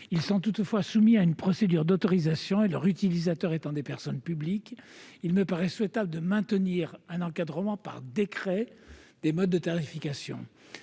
Ils sont toutefois soumis à une procédure d'autorisation et, leurs « utilisateurs » étant des personnes publiques, il me paraît souhaitable de maintenir un encadrement par décret des modes de tarification.